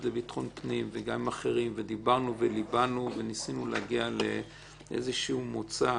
לביטחון פנים ועם אחרים ודיברנו וליבנו וניסינו להגיע לאיזשהו מוצא